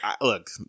look